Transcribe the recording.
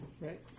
Right